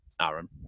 Aaron